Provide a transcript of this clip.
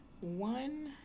one